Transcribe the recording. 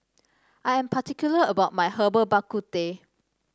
I am particular about my Herbal Bak Ku Teh